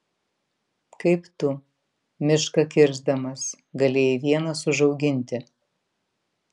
kaip tu mišką kirsdamas galėjai vienas užauginti